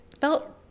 felt